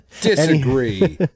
Disagree